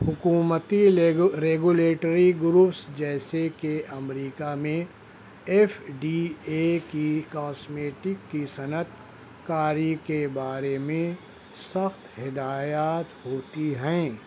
حکومتی لیگو regulatory groups جیسے کہ امریکا میں ایف ڈی اے کی کاسمیٹک کی صنعت کاری کے بارے میں سخت ہدایات ہوتی ہیں